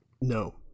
no